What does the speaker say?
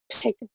Pick